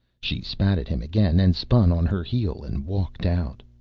she spat at him again and spun on her heel and walked out.